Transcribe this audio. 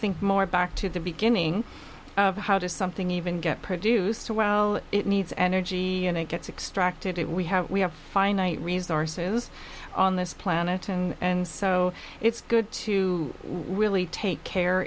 think more back to the beginning how does something even get produce to well it needs energy and it gets extracted it we have we have finite resources on this planet and so it's good to really take care